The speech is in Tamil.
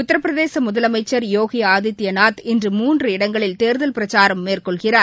உத்திரபிரதேச முதலமைச்சர் யோகி ஆதித்பநாத் இன்று மூன்று இடங்களில் தேர்தல் பிரச்சாரம் மேற்கொள்கிறார்